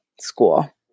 school